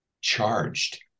charged